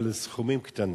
"על סכומים קטנים".